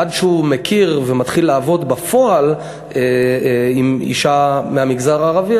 עד שהוא מכיר ומתחיל לעבוד בפועל עם אישה מהמגזר הערבי,